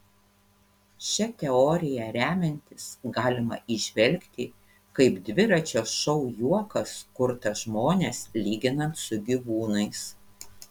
šia teorija remiantis galima įžvelgti kaip dviračio šou juokas kurtas žmones lyginant su gyvūnais